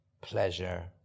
pleasure